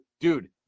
Dude